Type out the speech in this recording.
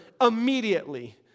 immediately